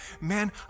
Man